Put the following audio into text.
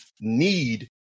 need